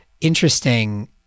interesting